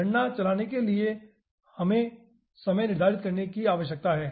गणना चलाने के लिए हमें समय निर्धारित करने की आवश्यकता है